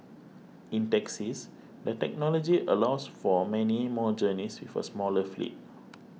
in taxis the technology allows for many more journeys with a smaller fleet